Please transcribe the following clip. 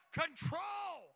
control